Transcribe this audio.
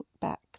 back